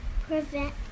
prevent